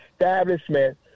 establishment